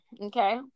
okay